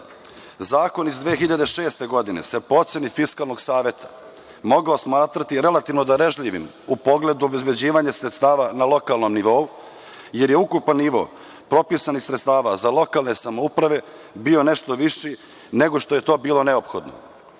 iz 2006. godine se po oceni Fiskalnog saveta mogao smatrati relativno darežljivim u pogledu obezbeđivanja sredstava na lokalnom nivou, jer je ukupan nivo propisanih sredstava za lokalne samouprave bio nešto viši nego što je to bilo neophodno. Nama